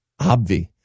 Obvi